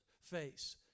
face